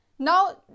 Now